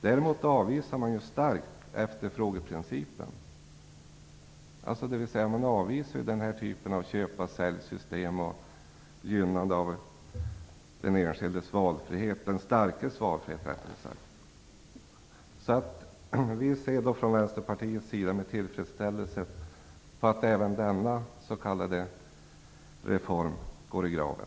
Däremot avvisas starkt efterfrågeprincipen, dvs. att man avvisar köpa-sälj-system och gynnande av den enskildes valfrihet eller rättare sagt den starkes valfrihet. Vi ser från Vänsterpartiets sida med tillfredsställelse på att även denna s.k. reform går i graven.